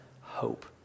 hope